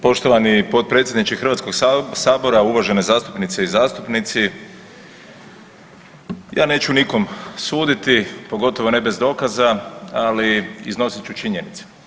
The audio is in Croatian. Poštovani potpredsjedniče Hrvatskog sabora, uvažene zastupnice i zastupnici ja neću nikom suditi pogotovo ne bez dokaza ali iznosit ću činjenice.